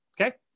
Okay